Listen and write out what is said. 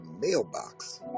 mailbox